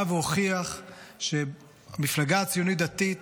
בא והוכיח שהמפלגה הציונית דתית